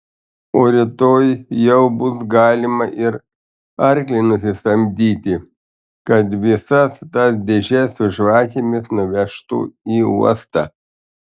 o rytoj jau bus galima ir arklį nusisamdyti kad visas tas dėžes su žvakėmis nuvežtų į uostą